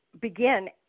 begin